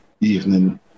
evening